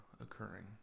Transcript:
occurring